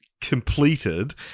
completed